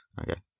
okay